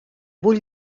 vull